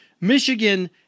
Michigan